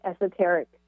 esoteric